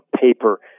paper